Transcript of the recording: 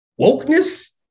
wokeness